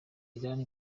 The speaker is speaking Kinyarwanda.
irani